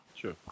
Sure